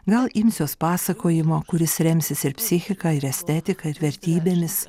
gal imsiuos pasakojimo kuris remsis ir psichika ir estetika ir vertybėmis